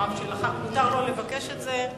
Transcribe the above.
לדבריו של חבר הכנסת, מותר לו לבקש את זה.